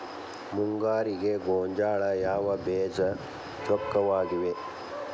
ಮುಂಗಾರಿಗೆ ಗೋಂಜಾಳ ಯಾವ ಬೇಜ ಚೊಕ್ಕವಾಗಿವೆ?